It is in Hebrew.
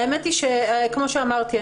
האמת היא שכמו שאמרתי,